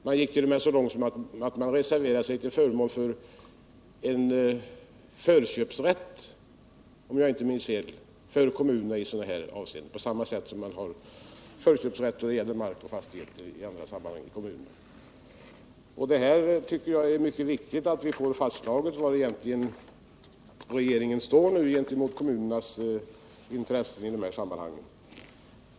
De gick t.o.m. så långt att de reserverade sig till förmån för en förköpsrätt för kommunerna på samma sätt som dessa i andra sammanhang inom sina gränser har förköpsrätt då det gäller mark och andra fastigheter. Jag tycker att det är mycket viktigt att vi får fastslaget hur regeringen nu egentligen ställer sig till kommunernas intressen i dessa sammanhang.